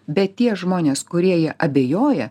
bet tie žmonės kurieji abejoja